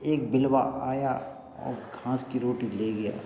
एक बिलवा आया और घाँस की रोटी ले गया